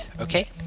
okay